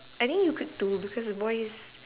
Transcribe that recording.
I mean you could too because the boys